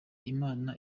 imana